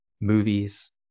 movies